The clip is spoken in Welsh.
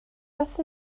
beth